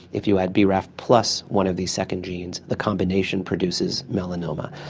if you add braf plus one of these second genes, the combination produces melanoma.